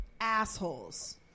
assholes